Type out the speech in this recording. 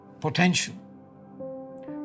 potential